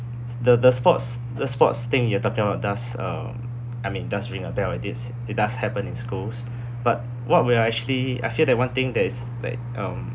the the sports the sports thing you are talking about does um I mean does ring a bell it is it does happen in schools but what we are actually I feel that one thing that's like um